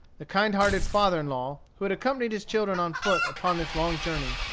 the kind-hearted father-in-law, who had accompanied his children on foot upon this long journey,